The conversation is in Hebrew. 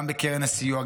גם קרן הסיוע,